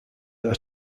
are